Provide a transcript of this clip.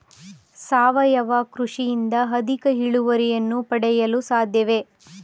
ಸಾವಯವ ಕೃಷಿಯಿಂದ ಅಧಿಕ ಇಳುವರಿಯನ್ನು ಪಡೆಯಲು ಸಾಧ್ಯವೇ?